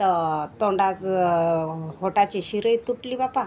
तर तोंडाचं ओठाची शीरही तुटली बापा